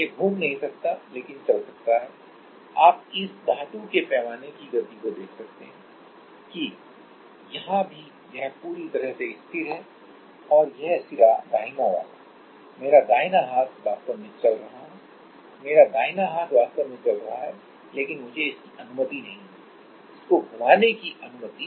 यह घूम नहीं सकता है लेकिन यह चल सकता है आप इस धातु के पैमाने की गति को देख सकते हैं कि यहां भी यह पूरी तरह से स्थिर है और यह सिरा दाहिना वाला मेरा दाहिना हाथ वास्तव में चल रहा है मेरा दाहिना हाथ वास्तव में चल रहा है लेकिन मुझे इसकी अनुमति नहीं है इस को घुमाने की अनुमति